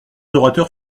orateurs